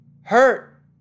hurt